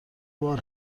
بار